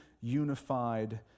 unified